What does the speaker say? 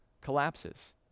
collapses